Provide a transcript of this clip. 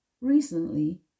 recently